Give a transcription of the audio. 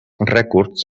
rècords